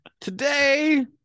today